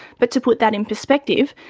but to put that in perspective,